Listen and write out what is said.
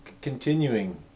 continuing